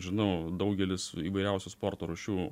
žinau daugelis įvairiausių sporto rūšių